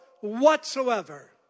whatsoever